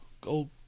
Go